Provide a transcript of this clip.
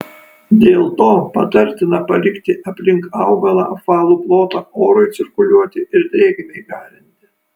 dėl to patartina palikti aplink augalą apvalų plotą orui cirkuliuoti ir drėgmei garinti